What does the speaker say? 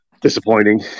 disappointing